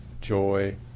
joy